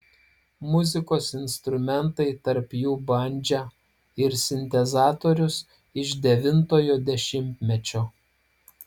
muzikos instrumentai tarp jų bandža ir sintezatorius iš devintojo dešimtmečio